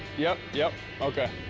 yep, yep, okay.